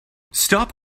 stop